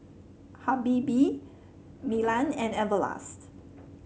Habibie Milan and Everlast